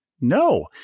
No